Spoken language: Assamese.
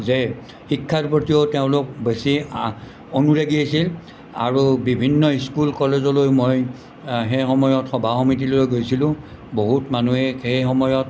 যে শিক্ষাৰ প্ৰতিও তেওঁলোক বেছি অনুৰাগী আছিল আৰু বিভিন্ন স্কুল কলেজলৈ মই সেই সময়ত সভা সমিতিলৈ গৈছিলোঁ বহুত মানুহে সেই সময়ত